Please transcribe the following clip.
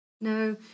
No